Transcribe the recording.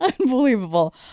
Unbelievable